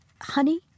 Honey